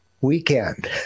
weekend